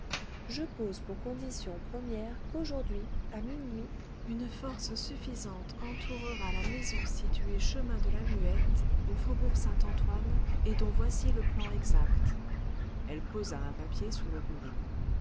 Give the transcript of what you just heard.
je pose pour condition première qu'aujourd'hui à minuit une force suffisante entourera la maison située chemin de la muette au faubourg saint-antoine et dont voici le plan exact